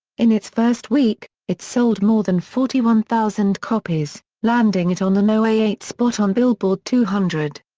in its first week, it sold more than forty one thousand copies, landing it on the no. eight spot on billboard two hundred.